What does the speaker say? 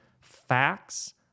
facts